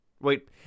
Wait